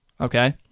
Okay